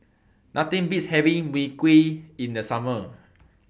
Nothing Beats having Mui Kee in The Summer